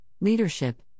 leadership